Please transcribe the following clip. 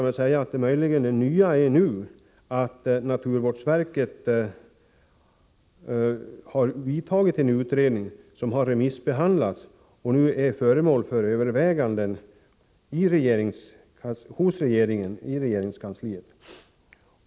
Det nya nu är möjligen att naturvårdsverket har gjort en utredning, som har remissbehandlats och som f.n. är föremål för överväganden i regeringskansliet.